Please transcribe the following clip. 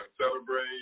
celebrate